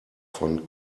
von